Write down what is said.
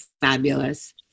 fabulous